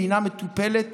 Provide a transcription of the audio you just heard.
והיא מטופלת